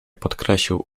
podkreślił